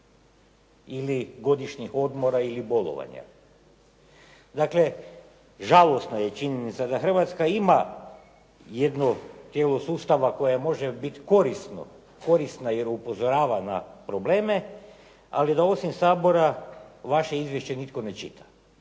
ili godišnjih odmora ili bolovanja. Dakle, žalosna je činjenica da Hrvatska ima jedno tijelo sustava koje može biti korisno, korisno jer upozorava na probleme, ali da osim Sabora vaše izvješće nitko ne čita,